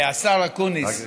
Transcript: השר אקוניס,